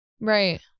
right